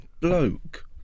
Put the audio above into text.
bloke